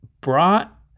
brought